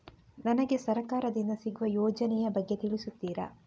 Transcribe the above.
ನನಗೆ ಸರ್ಕಾರ ದಿಂದ ಸಿಗುವ ಯೋಜನೆ ಯ ಬಗ್ಗೆ ತಿಳಿಸುತ್ತೀರಾ?